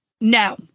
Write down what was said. No